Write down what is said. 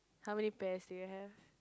how many pears do you have